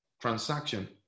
transaction